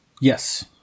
Yes